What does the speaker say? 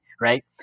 right